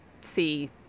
see